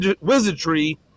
wizardry